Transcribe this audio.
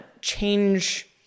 change